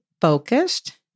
focused